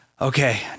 Okay